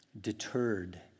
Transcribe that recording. deterred